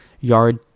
yard